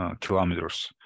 Kilometers